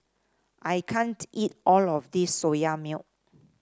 I can't eat all of this Soya Milk